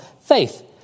faith